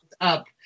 up